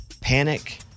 panic